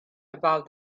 about